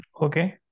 Okay